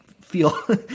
feel